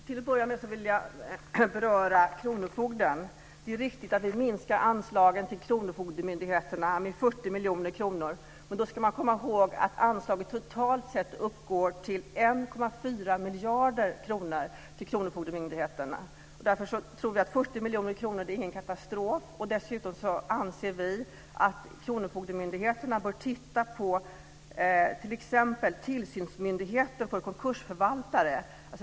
Herr talman! Jag vill börja med att beröra kronofogdemyndigheterna. Det är riktigt att vi vill minska anslagen till kronofogdemyndigheterna med 40 miljoner kronor, men då ska man komma ihåg att anslaget totalt uppgår till 1,4 miljarder kronor. Därför tror vi att en minskning med 40 miljoner inte är någon katastrof. Dessutom anser vi att kronofogdemyndigheterna bör titta på t.ex. tillsynsmyndigheten för konkursförvaltare.